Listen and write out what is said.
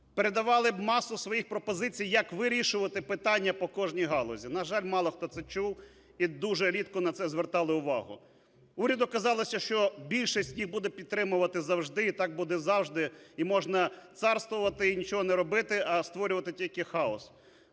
Передавали масу своїх пропозицій, як вирішувати питання по кожній галузі. На жаль, мало хто це чув і дуже рідко на це звертали увагу. Уряду казалось, що більшість буде підтримувати завжди і так буде завжди, і можна царствувати і нічого не робити, а створювати тільки хаос.